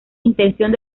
intención